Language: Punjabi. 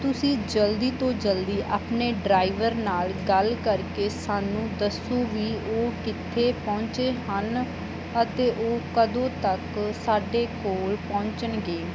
ਤੁਸੀਂ ਜਲਦੀ ਤੋਂ ਜਲਦੀ ਆਪਣੇ ਡਰਾਈਵਰ ਨਾਲ ਗੱਲ ਕਰਕੇ ਸਾਨੂੰ ਦੱਸੋ ਵੀ ਉਹ ਕਿੱਥੇ ਪਹੁੰਚੇ ਹਨ ਅਤੇ ਉਹ ਕਦੋਂ ਤੱਕ ਸਾਡੇ ਕੋਲ ਪਹੁੰਚਣਗੇ